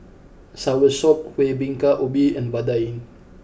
Soursop Kuih Bingka Ubi and Vadai